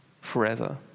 forever